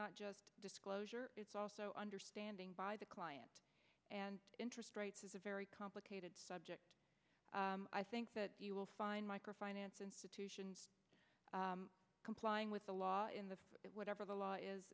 not just disclosure it's also understanding by the client and interest rates is a very complicated subject i think that you will find micro finance institutions complying with the law in the whatever the law is